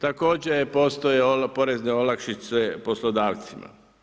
Također postoje porezne olakšice poslodavcima.